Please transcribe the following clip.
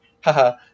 haha